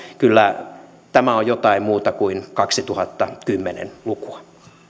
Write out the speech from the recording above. kyllä tämä on jotain muuta kuin kaksituhattakymmenen lukua